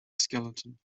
skeleton